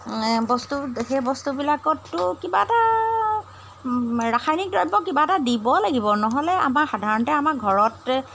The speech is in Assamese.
বস্তু সেই বস্তুবিলাকতটো কিবা এটা ৰাসায়নিক দ্ৰব্য কিবা এটা দিব লাগিব নহ'লে আমাৰ সাধাৰণতে আমাৰ ঘৰতে